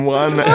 one